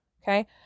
Okay